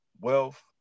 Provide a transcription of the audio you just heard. Wealth